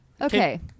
okay